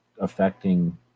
affecting